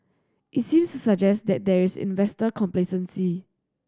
it seems to suggest that there is investor complacency